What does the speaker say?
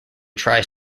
tries